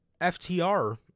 FTR